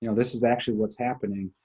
you know this is actually what's happening.